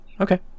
okay